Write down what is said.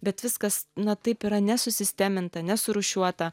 bet viskas na taip yra nesusisteminta nesurūšiuota